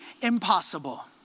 impossible